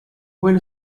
well